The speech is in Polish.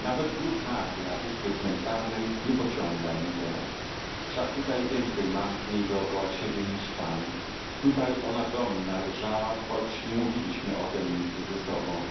nawet grób marty na wyspie cmentarnej nie pociąga mnie teraz wszak tutaj więcej mam z niej dokoła siebie niż tam tutaj ona do mnie należała choć nie mówiliśmy o tem nigdy ze sobą